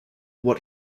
what